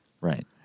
Right